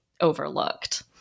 overlooked